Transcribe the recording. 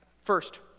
First